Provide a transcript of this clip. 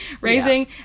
raising